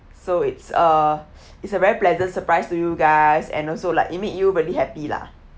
so it's uh it's a very pleasant surprise to you guys and also like it make you really happy lah